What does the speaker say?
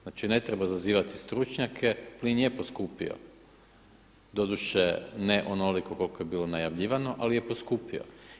Znači ne treba zazivati stručnjake, plin je poskupio, doduše ne onoliko koliko je bilo najavljivano ali je poskupio.